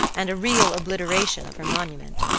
and a real obliteration of her monument.